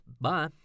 Bye